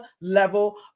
level